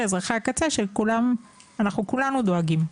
אזרחי הקצה שלכולם אנחנו כולנו דואגים.